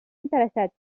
interessats